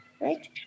right